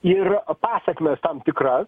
ir pasekmes tam tikras